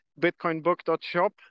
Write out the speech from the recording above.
bitcoinbook.shop